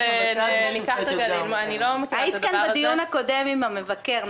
אני לא --- היית כאן בדיון הקודם עם המבקר,